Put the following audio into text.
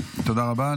תודה רבה.